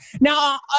Now